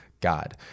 God